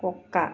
కుక్క